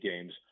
games